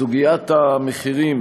סוגיית המחירים